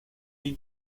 did